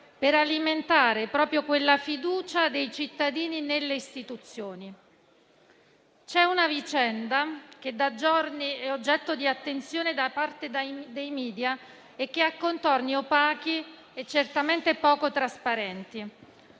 per alimentare la fiducia dei cittadini nelle istituzioni. C'è una vicenda che da giorni è oggetto di attenzione da parte dei *media* e che ha contorni opachi e certamente poco trasparenti;